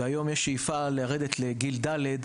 והיום יש שאיפה לרדת לגיל של כיתות ד'.